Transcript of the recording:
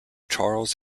charles